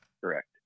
correct